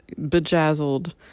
bejazzled